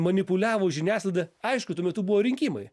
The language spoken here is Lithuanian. manipuliavo žiniasklaida aišku tuo metu buvo rinkimai